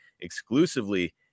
exclusively